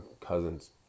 cousins